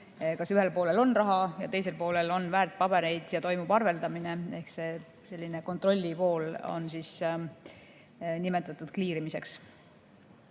kas ühel poolel on raha ja teisel poolel on väärtpabereid ja toimub arveldamine. Ehk see kontrolli pool on nimetatud kliirimiseks.